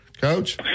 Coach